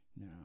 Now